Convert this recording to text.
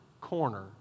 corner